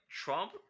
Trump